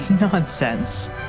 Nonsense